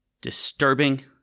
disturbing